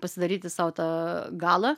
pasidaryti sau tą galą